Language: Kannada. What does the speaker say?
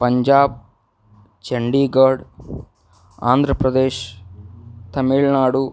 ಪಂಜಾಬ್ ಚಂಡೀಗಡ್ ಆಂಧ್ರ ಪ್ರದೇಶ್ ತಮಿಳ್ನಾಡು